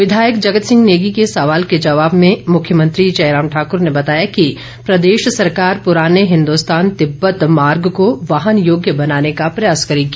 विधायक जगत सिंह नेगी के सवाल के जवाब में मुख्यमंत्री जयराम ठाकर ने बताया कि प्रदेश सरकार पुराने हिन्दोस्तान तिब्बत मार्ग को वाहन योग्य बनाने का प्रयास करेगी